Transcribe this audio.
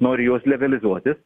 nori juos legalizuotis